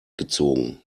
gezogen